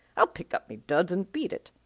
i'll pack up me duds an' beat it.